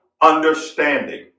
Understanding